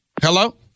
Hello